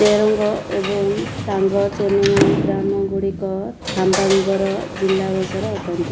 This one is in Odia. ଚେରୋଙ୍ଗ ଏବଂ ଟାଙ୍ଗଚେନମୁ ଗ୍ରାମଗୁଡ଼ିକ ଥାମ୍ବାଙ୍ଗର ଜିଲା ବଂଶର ଅଟନ୍ତି